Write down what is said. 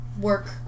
work